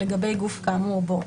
לגבי גוף כאמור בו,